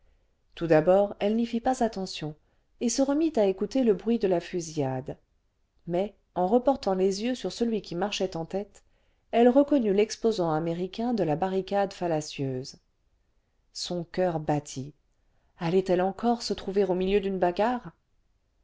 tout d'abord elle n'y fît pas attention et se remit à écouter le bruit cle la fusillade mais en reportant les yeux sur celui qui marchait en tête elle reconnut l'exposant américain de la barricade fallacieuse son coeur battit allait-elle encore se trouver au milieu d'une bagarre